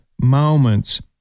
moments